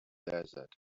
desert